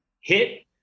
hit